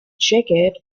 jacket